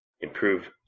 improve